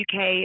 UK